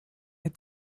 had